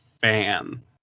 fan